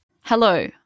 hello